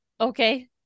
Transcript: Okay